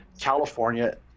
California